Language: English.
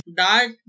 dark